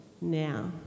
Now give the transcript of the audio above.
now